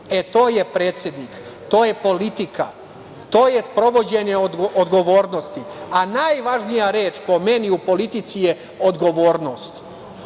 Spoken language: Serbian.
to je predsednik, to je politika. To je sprovođenje odgovornosti, a najvažnija reč, po meni, u politici je odgovornost.